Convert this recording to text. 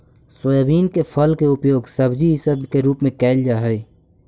soybean के फल के उपयोग सब्जी इसब के रूप में कयल जा हई